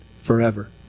forever